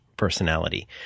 personality